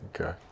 Okay